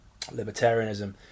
libertarianism